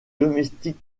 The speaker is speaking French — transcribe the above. domestique